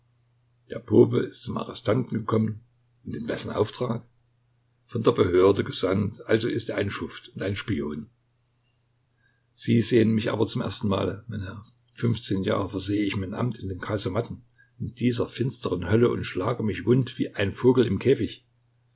der pope ist zum arrestanten gekommen und in wessen auftrag von der behörde gesandt also ist er ein schuft und ein spion sie sehen mich aber zum ersten male mein herr fünfzehn jahre versehe ich mein amt in den kasematten in dieser finsteren hölle und schlage mich wund wie ein vogel im käfig